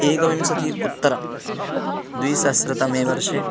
एकविंशति उत्तर द्विसहस्रतमे वर्षे